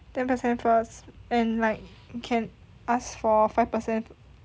ten percent first and like can ask for five per cent